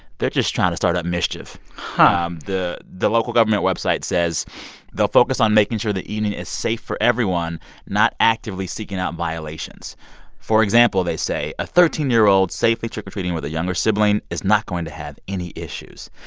they're just trying to start up mischief. um the the local government website says they'll focus on making sure the evening is safe for everyone not actively seeking out violations for example, they say, a thirteen year old safely trick-or-treating with a younger sibling is not going to have any issues.